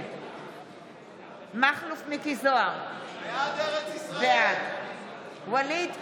נגד מכלוף מיקי זוהר, בעד ווליד טאהא,